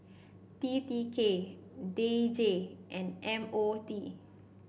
T T K D J and M O T